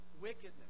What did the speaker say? wickedness